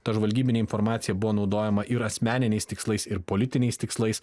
ta žvalgybinė informacija buvo naudojama ir asmeniniais tikslais ir politiniais tikslais